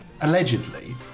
allegedly